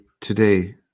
today